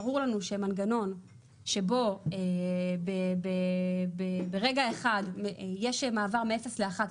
ברור לנו שמנגנון שבו ברגע אחד יש מעבר מאפס לאחד,